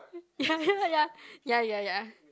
ya ya ya ya ya ya